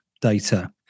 data